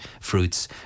fruits